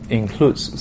includes